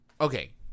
okay